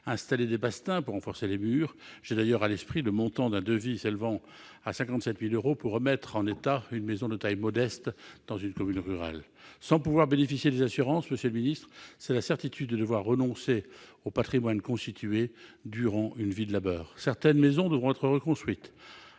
installé des bastings pour renforcer les murs. J'ai à l'esprit le montant d'un devis s'élevant à 57 000 euros pour remettre en état une maison de taille modeste dans une commune rurale. Ne pas pouvoir bénéficier des assurances, c'est la certitude de devoir renoncer à un patrimoine constitué durant une vie de labeur. Certaines maisons devront être reconstruites,